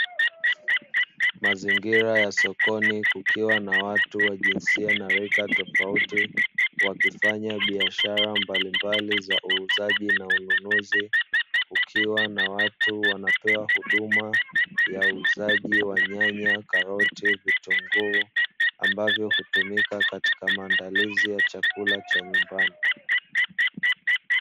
Mazingira ya sokoni kukiwa na watu wa jinsia na rika tofauti wakifanya biashara mbalimbali za uuzaji na ununuzi, kukiwa na watu wanapewa huduma ya uuzaji wa nyanya karoti vitunguu ambavyo hutumika katika maandalizi ya chakula cha nyumbani.